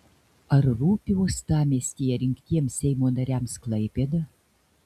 ar rūpi uostamiestyje rinktiems seimo nariams klaipėda